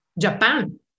Japan